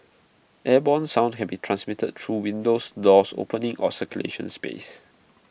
airborne sound can be transmitted through windows doors openings or circulation space